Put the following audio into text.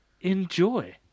enjoy